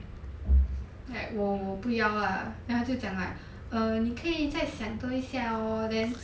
like 我不要 lah then 他就讲 like err 你可以在想多一下哦 then